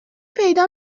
پیدا